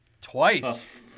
Twice